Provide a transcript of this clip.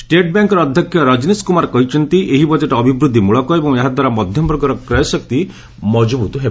ଷ୍ଟେଟ୍ବ୍ୟାଙ୍କର ଅଧ୍ୟକ୍ଷ ରଜନୀଶ କୁମାର କହିଛନ୍ତି ଏହି ବଜେଟ୍ ଅଭିବୃଦ୍ଧିମୂଳକ ଏବଂ ଏହା ଦ୍ୱାରା ମଧ୍ୟମବର୍ଗର କ୍ରୟଶକ୍ତି ମଜବୁତ ହେବ